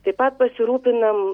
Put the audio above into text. taip pat pasirūpinam